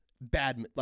bad